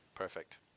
Perfect